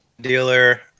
Dealer